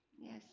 yes